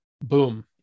boom